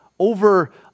over